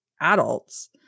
adults